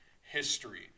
history